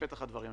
בפתח הדברים,